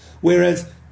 Whereas